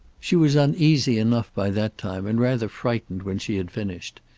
she was uneasy enough by that time, and rather frightened when she had finished.